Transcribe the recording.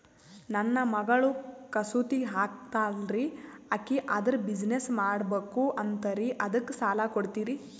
ನನ್ನ ಮಗಳು ಕಸೂತಿ ಹಾಕ್ತಾಲ್ರಿ, ಅಕಿ ಅದರ ಬಿಸಿನೆಸ್ ಮಾಡಬಕು ಅಂತರಿ ಅದಕ್ಕ ಸಾಲ ಕೊಡ್ತೀರ್ರಿ?